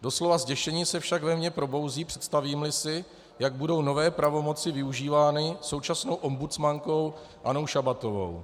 Doslova zděšení se však ve mně probouzí, představímli si, jak budou nové pravomoci využívány současnou ombudsmankou Annou Šabatovou.